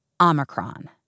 Omicron